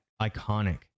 iconic